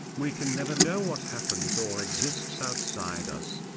we can never know what happens or exists outside us.